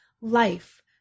life